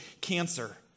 cancer